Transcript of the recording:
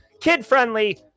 kid-friendly